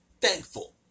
Thankful